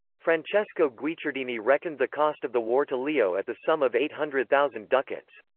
francesco guicciardini reckoned the cost of the war to leo at the sum of eight hundred thousand ducats.